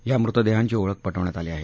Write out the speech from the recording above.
या मृतदेहांची ओळख प विण्यात आली आहे